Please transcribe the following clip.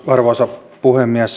arvoisa puhemies